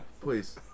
Please